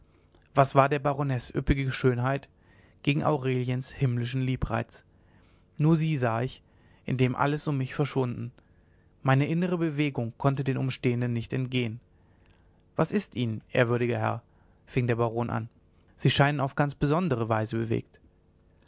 was war der baronesse üppige schönheit gegen aureliens himmlischen liebreiz nur sie sah ich indem alles um mich verschwunden meine innere bewegung konnte den umstehenden nicht entgehen was ist ihnen ehrwürdiger herr fing der baron an sie scheinen auf ganz besondere weise bewegt